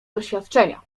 doświadczenia